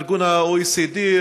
ארגון ה-OECD,